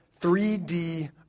3D